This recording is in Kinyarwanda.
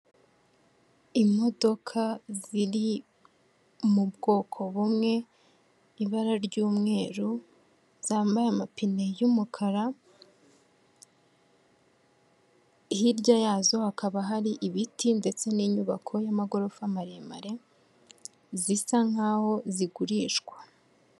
Imodoka ziri mu bwoko bumwe, ibara ry'umweru, zambaye amapine y'umukara. Hirya yazo hakaba hari ibiti ndetse n'inyubako y'amagorofa maremare zisa nkaho zigurishwa.